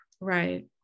Right